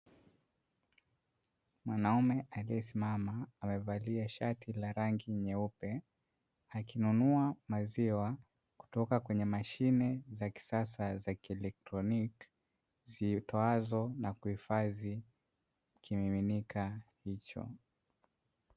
Mwanaume aliyesimama amevalia shati la rangi nyeupe, akinunua maziwa kutoka kwenye mashine za kisasa za kieletroniki, zitoazo na kuhifadhi kimiminika hicho.